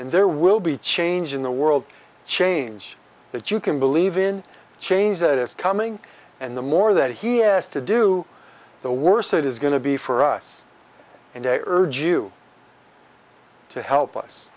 and there will be change in the world change that you can believe in change that is coming and the more that he has to do the worse it is going to be for us and i urge you to help us